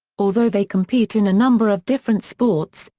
although they compete in a number of different sports,